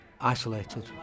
isolated